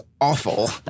awful